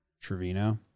Trevino